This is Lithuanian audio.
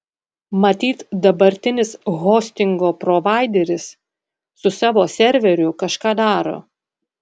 matyt dabartinis hostingo provaideris su savo serveriu kažką daro